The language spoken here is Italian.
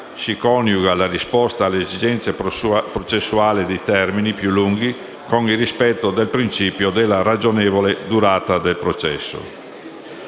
si coniuga la risposta alle esigenze processuali di termini più lunghi con il rispetto del principio della ragionevole durata del processo.